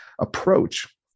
approach